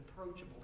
approachable